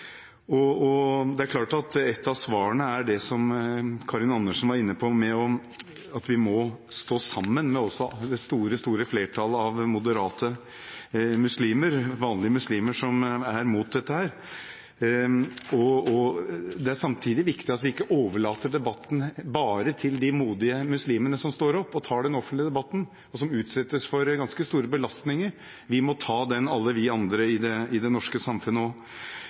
skape splittelse. Det er klart at et av svarene er det som Karin Andersen var inne på, at vi også må stå sammen med det store flertallet av moderate muslimer – vanlige muslimer – som er mot dette. Det er samtidig viktig at vi ikke overlater debatten bare til de modige muslimene som står opp og tar den offentlige debatten, og som utsettes for ganske store belastninger. Vi må ta den alle vi andre i det norske samfunnet